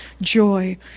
joy